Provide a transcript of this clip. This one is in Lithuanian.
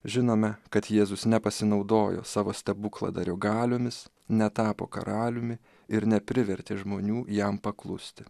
žinome kad jėzus nepasinaudojo savo stebukladarių galiomis netapo karaliumi ir neprivertė žmonių jam paklusti